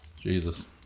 Jesus